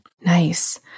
Nice